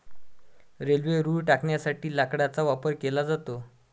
railway रुळ टाकण्यासाठी लाकडाचा वापर केला जातो